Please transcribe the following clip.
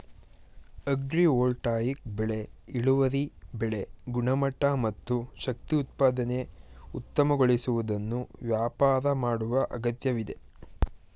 agrivoltaic ಬೆಳೆ ಇಳುವರಿ ಬೆಳೆ ಗುಣಮಟ್ಟ ಮತ್ತು ಶಕ್ತಿ ಉತ್ಪಾದನೆ ಉತ್ತಮಗೊಳಿಸುವುದನ್ನು ವ್ಯಾಪಾರ ಮಾಡುವ ಅಗತ್ಯವಿದೆ